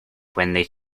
they